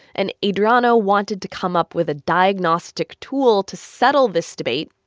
and adriano wanted to come up with a diagnostic tool to settle this debate,